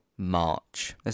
march